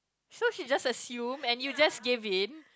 so she just assume and you just gave in